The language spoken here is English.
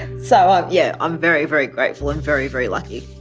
and so, um yeah, i'm very, very grateful and very, very lucky.